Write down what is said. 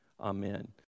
Amen